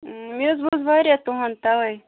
مےٚ حظ بوٗز واریاہ تُہُنٛد تَوے